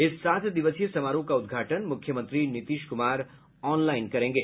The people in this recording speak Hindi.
इस सात दिवसीय समारोह का उद्घाटन मुख्यमंत्री नीतीश कुमार ऑनलाइन करेंगे